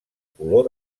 color